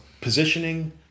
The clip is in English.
positioning